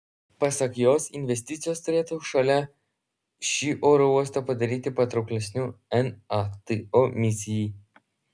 pasak jos investicijos turėtų šalia šį oro uostą padaryti patrauklesniu nato misijai